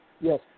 Yes